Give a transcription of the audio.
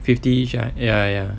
fifty each ah ya ya ya